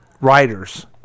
writers